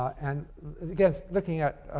and again looking at